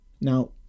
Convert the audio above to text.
Now